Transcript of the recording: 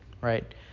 Right